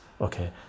okay